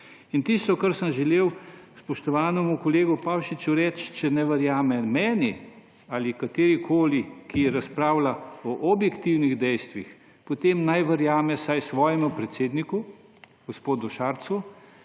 In tisto, kar sem želel spoštovanemu kolegu Pavšiču reči, če ne verjamem meni ali komerkoli, ki razpravlja o objektivnih dejstvih, potem naj verjame vsaj svojemu predsedniku gospod Šarcu